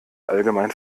allgemein